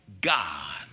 God